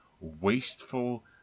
wasteful